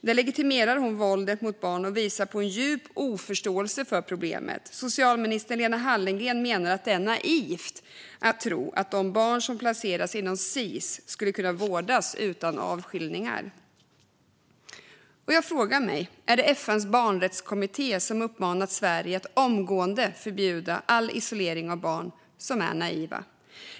Där legitimerar hon våldet mot barn och visar på en djup oförståelse för problemet. Socialminister Lena Hallengren menar att det är naivt att tro att de barn som placeras inom Sis skulle kunna vårdas utan avskiljningar. Jag frågar mig om det är FN:s barnrättskommitté, som uppmanat Sverige att omgående förbjuda all isolering av barn, som är naiva.